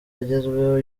agezweho